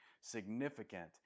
significant